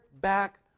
back